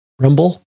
Rumble